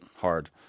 hard